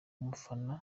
umufana